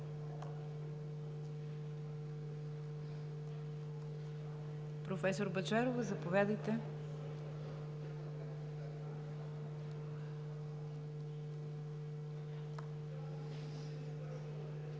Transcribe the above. Професор Бъчварова, заповядайте.